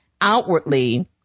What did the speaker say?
outwardly